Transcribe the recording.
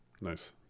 Nice